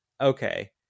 okay